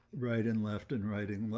right and left and writing